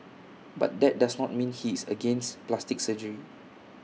but that does not mean he is against plastic surgery